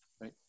right